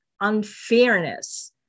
unfairness